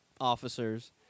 officers